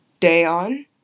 Dayon